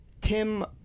Tim